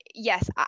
Yes